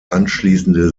anschließende